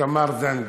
תמר זנדברג,